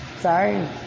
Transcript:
Sorry